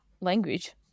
language